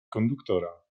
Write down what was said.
konduktora